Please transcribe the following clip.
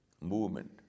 movement